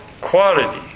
quality